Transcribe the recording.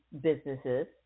businesses